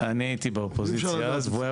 אני הייתי באופוזיציה אז והוא היה